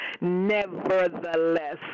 nevertheless